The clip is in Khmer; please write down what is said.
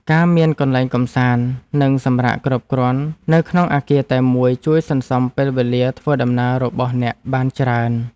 ការមានកន្លែងកម្សាន្តនិងសម្រាកគ្រប់គ្រាន់នៅក្នុងអគារតែមួយជួយសន្សំពេលវេលាធ្វើដំណើររបស់អ្នកបានច្រើន។